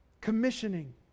commissioning